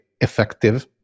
effective